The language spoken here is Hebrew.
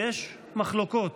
יש מחלוקות,